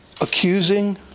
accusing